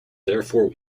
therefore